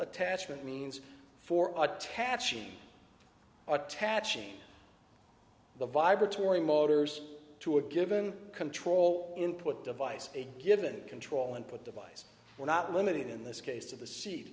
attachment means for attaching attaching the vibratory motors to a given control input device a given control and put device we're not limited in this case to the seat